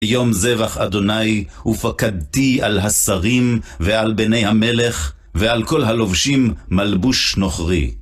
יום זבח ה', ופקדתי על השרים ועל בני המלך ועל כל הלובשים מלבוש נוכרי.